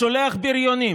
שולח בריונים